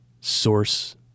source